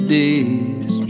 days